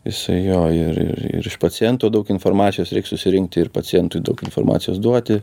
jisai jo ir ir ir iš paciento daug informacijos reik susirinkti ir pacientui daug informacijos duoti